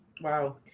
Wow